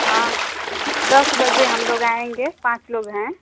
हाँ दस बजे हम लोग आएँगे पाँच लोग हैं